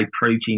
protein